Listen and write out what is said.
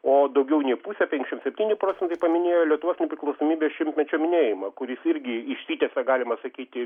o daugiau nei pusė penkšim septyni procentai paminėjo lietuvos nepriklausomybės šimtmečio minėjimą kuris irgi išsitęsė galima sakyti